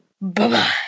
Bye-bye